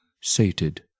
sated